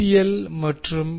L மற்றும் K